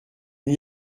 n’y